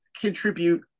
contribute